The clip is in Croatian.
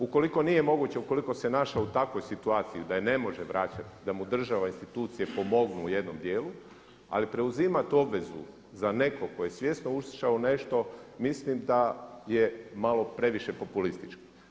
Ukoliko nije moguće, ukoliko se našao u takvoj situaciji da je ne može vraćati da mu država i institucije u jednom dijelu, ali preuzimat obvezu za nekoga tko je svjesno ušao u nešto, mislim da je malo previše populistički.